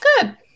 good